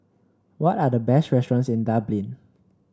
what are the best restaurants in Dublin